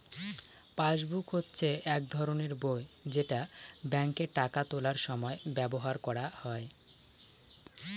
passbook হচ্ছে এক ধরনের বই যেটা ব্যাঙ্কে টাকা তোলার সময় ব্যবহার করা হয়